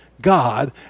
God